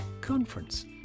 conference